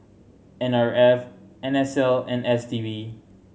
N R F N S L and S T B